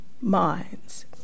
minds